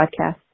podcast